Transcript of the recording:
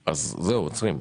זהו, עוצרים.